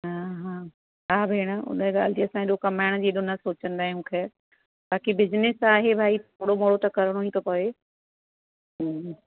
हा हा हा भेणु उन ॻाल्हि जी असां अहिड़ो कमाइण जी न सोचंदा आ्यूंहि ख़ैरि बाक़ी बिजनेस आहे भई थोरो घणो त करिणो ई पवे